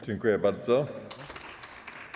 Dziękuję bardzo.